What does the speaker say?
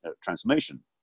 transformation